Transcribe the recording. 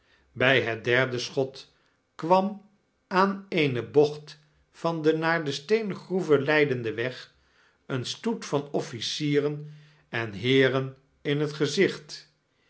bij het derde schot kwam aan eene bocht van den naar de steengroeve leidenden weg een stoet van oflicieren en heeren in t gezicht